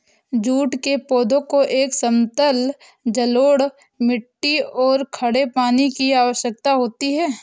jute के पौधे को एक समतल जलोढ़ मिट्टी और खड़े पानी की आवश्यकता होती है